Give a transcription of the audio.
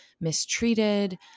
mistreated